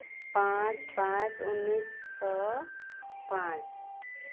ᱯᱟᱸᱪ ᱯᱟᱸᱪ ᱩᱱᱤᱥᱥᱚ ᱯᱟᱸᱪ